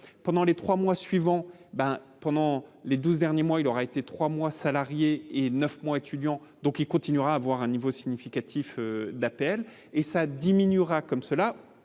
pendant les 3 mois suivants ben pendant les 12 derniers mois, il aura été 3 mois, salariés et 9 mois étudiant donc il continuera à avoir un niveau significatif d'appel et ça diminuera comme cela